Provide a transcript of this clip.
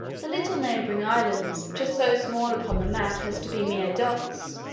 the little neighbouring islands, which are so small upon the map as to be mere dots,